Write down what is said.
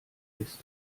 ist